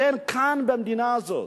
כאן במדינה הזאת,